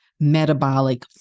metabolic